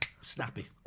Snappy